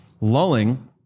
Lulling